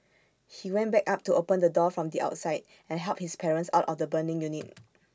he went back up to open the door from the outside and helped his parents out of the burning unit